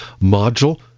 module